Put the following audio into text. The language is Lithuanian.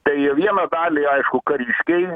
tai vieną dalį aišku kariškiai